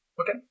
Okay